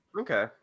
Okay